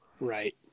right